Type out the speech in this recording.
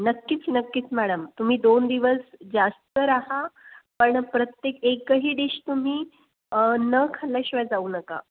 नक्कीच नक्कीच मॅडम तुम्ही दोन दिवस जास्त राहा पण प्रत्येक एकही डिश तुम्ही न खाल्ल्याशिवाय जाऊ नका